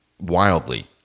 wildly